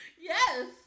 Yes